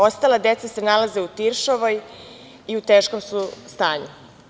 Ostala deca se nalaze u Tiršovoj i u teškom su stanju.